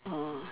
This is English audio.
oh